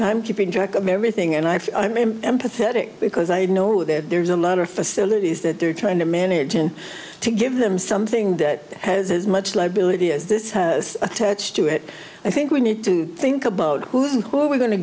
time keeping track of everything and i may be empathetic because i know that there's a lot of facilities that they're trying to manage and to give them something that has as much liability as this has attached to it i think we need to think about what we're going to